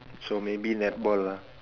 so maybe netball lah